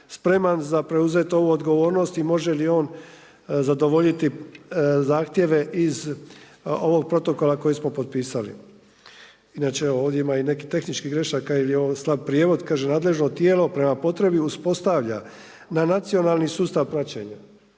spreman za preuzeti ovu odgovornost i može li on zadovoljiti zahtjeve iz ovog protokola koji smo potpisali. Inače ovdje ima i nekih tehnički grešaka ili je ovo slab prijevod. Kaže nadležno tijelo prema potrebi uspostavlja na nacionalni sustav praćenja.